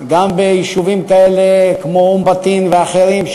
גם ביישובים כאלה כמו אום-בטין ואחרים,